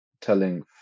telling